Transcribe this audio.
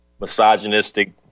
misogynistic